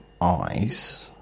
eyes